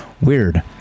Weird